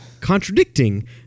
contradicting